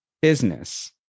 business